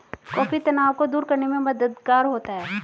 coffee तनाव को दूर करने में मददगार होता है